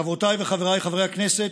חברותיי וחבריי חברי הכנסת,